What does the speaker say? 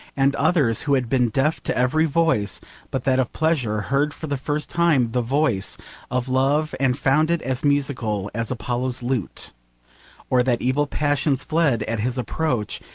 and others who had been deaf to every voice but that of pleasure heard for the first time the voice of love and found it as musical as apollo's lute or that evil passions fled at his approach,